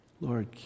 Lord